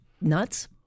nuts